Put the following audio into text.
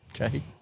okay